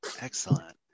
excellent